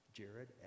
Jared